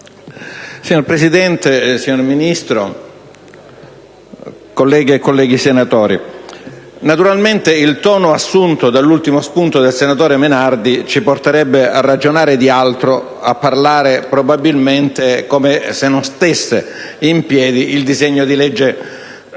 Signor Presidente, signor Ministro, colleghe e colleghi senatori, naturalmente il tono assunto dall'ultimo spunto del senatore Menardi ci porterebbe a ragionare di altro: a parlare, probabilmente, come se il disegno di legge che